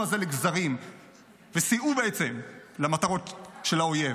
הזה לגזרים וסייעו בעצם למטרות של האויב.